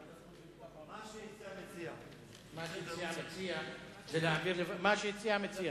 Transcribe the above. מה שהציע המציע.